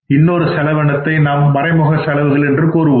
இன்னொரு செலவினத்தை நாம் மறைமுக செலவினங்கள் என்று கூறுவோம்